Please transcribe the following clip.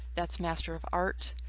that's master of art.